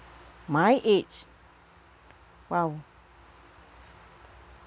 my age !wow!